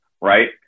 right